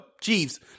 Chiefs